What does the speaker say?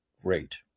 Great